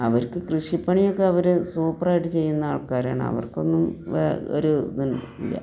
അവർക്ക് കൃഷിപ്പണിയൊക്കെ അവർ സൂപ്പർ ആയിട്ട് ചെയ്യുന്ന ആൾക്കാരാണ് അവർക്കൊന്നും ഒരു ഇത് ഇല്ല